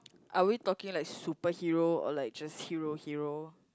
are we talking like superhero or like just hero hero